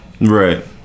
Right